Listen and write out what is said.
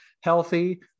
healthy